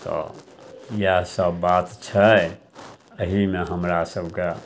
तऽ इएह सब बात छै अहीमे हमरा सबके